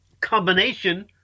combination